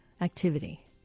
activity